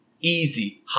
easy